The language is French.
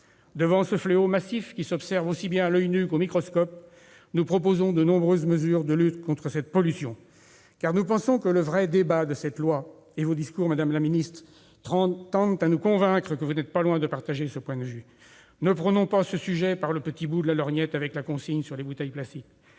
Devant ce fléau massif qui s'observe aussi bien à l'oeil nu qu'au microscope, nous proposons de nombreuses mesures de lutte contre cette pollution. Nous pensons que là est le vrai débat de ce texte, et vos discours, madame la secrétaire d'État, tendent à nous convaincre que vous n'êtes pas loin de partager ce point de vue. Ne prenons pas ce sujet par le petit bout de la lorgnette- la consigne sur les bouteilles plastiques